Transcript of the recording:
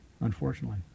unfortunately